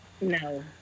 No